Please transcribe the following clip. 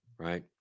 Right